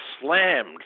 slammed